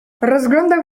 rozglądał